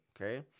okay